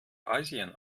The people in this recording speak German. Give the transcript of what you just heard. asien